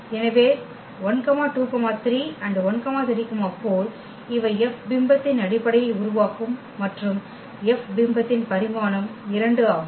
எனவே 1 2 3 1 3 4 இவை F பிம்பத்தின் அடிப்படையை உருவாக்கும் மற்றும் F பிம்பத்தின் பரிமாணம் 2 ஆகும்